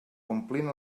complint